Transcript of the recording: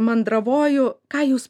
mandravoju ką jūs